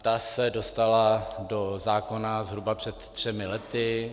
Ta se dostala do zákona zhruba před třemi lety.